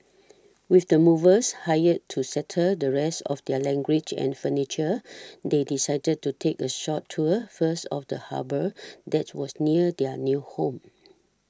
with the movers hired to settle the rest of their luggage and furniture they decided to take a short tour first of the harbour that was near their new home